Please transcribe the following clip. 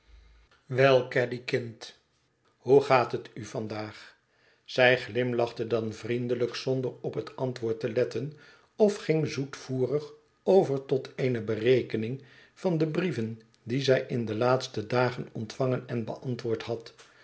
huis kind hoe gaat het u vandaag zij glimlachte dan vriendelijk zonder op het antwoord te letten of ging zoetvoerig over tot eene berekening van de brieven die zij in de laatste dagen ontvangen en beantwoord had